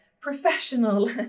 professional